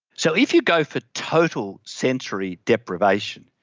so if you go for total sensory deprivation,